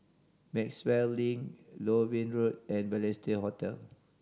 Maxwell Link Loewen Road and Balestier Hotel